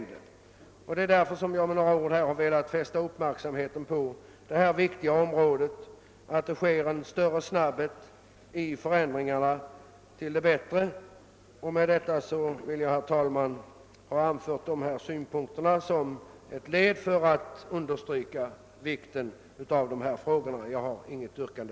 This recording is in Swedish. Det är därför som jag med några ord har velat fästa uppmärksamheten på detta viktiga område och uttalat önskemål om snara förbättringar. Med de ord jag här har anfört, herr talman, har jag velat understryka frågornas vikt. Jag har inget yrkande.